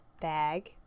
bag